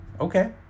Okay